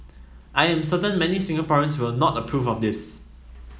I am certain many Singaporeans will not approve of this